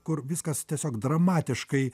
kur viskas tiesiog dramatiškai